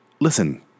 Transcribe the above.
Listen